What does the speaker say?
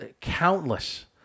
countless